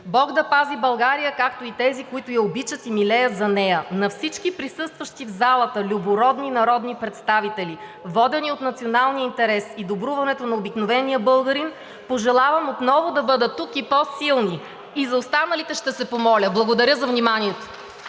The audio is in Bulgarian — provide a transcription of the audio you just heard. Бог да пази България, както и тези, които я обичат и милеят за нея! На всички присъстващи в залата – любородни народни представители, водени от националния интерес и добруването на обикновения българин, пожелавам отново да бъдем тук и по-силни. И за останалите ще се помоля! Благодаря за вниманието.